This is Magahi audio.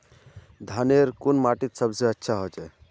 धानेर कुन माटित सबसे अच्छा होचे?